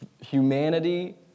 Humanity